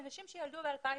לנשים שילדו ב-2019.